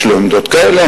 יש לו עמדות כאלה,